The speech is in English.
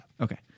Okay